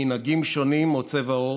מנהגים שונים או צבע עור,